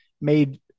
made